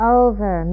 over